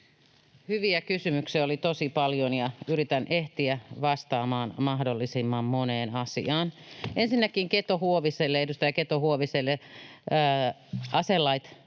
Hyviä kysymyksiä oli tosi paljon, ja yritän ehtiä vastaamaan mahdollisimman moneen asiaan. Ensinnäkin edustaja Keto-Huoviselle: Aselaeista